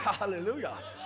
hallelujah